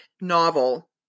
novel